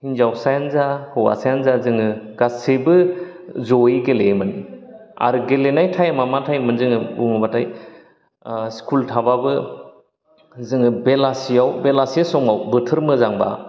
हिनजावसायानो जा हौवासायानो जा जोङो गासैबो जयै गेलेयोमोन आरो गेलेनाय टाइमा मा टाइम मोन जोङो ग'बोबाथाय स्कुल थाबाबो जोङो बेलासेआव बेलासे समाव बोथोर मोजांबा